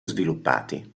sviluppati